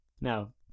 now